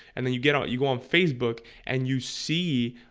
and then you get out you go on facebook and you see